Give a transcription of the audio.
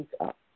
up